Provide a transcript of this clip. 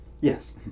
Yes